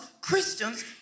Christians